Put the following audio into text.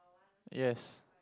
yes